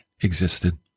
existed